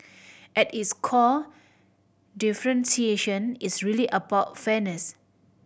at its core differentiation is really about fairness